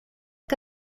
que